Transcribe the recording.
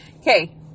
Okay